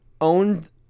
owned